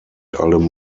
allem